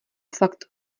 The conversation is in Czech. fakt